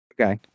Okay